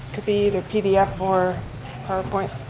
could be either pdf or powerpoint.